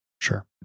Sure